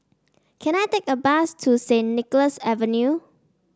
can I take a bus to Saint Nicholas View